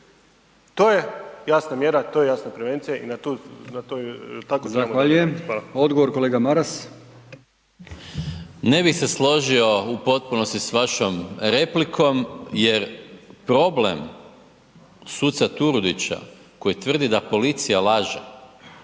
To je jasna mjera, to je jasna prevencija i na .../Govornik se ne